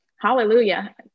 hallelujah